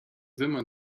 wimmern